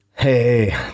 Hey